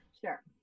Sure